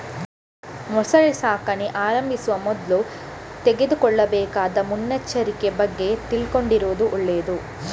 ಮೊಸಳೆ ಸಾಕಣೆ ಆರಂಭಿಸುವ ಮೊದ್ಲು ತೆಗೆದುಕೊಳ್ಳಬೇಕಾದ ಮುನ್ನೆಚ್ಚರಿಕೆ ಬಗ್ಗೆ ತಿಳ್ಕೊಂಡಿರುದು ಒಳ್ಳೇದು